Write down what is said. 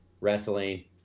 wrestling